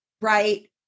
right